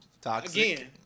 Toxic